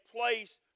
place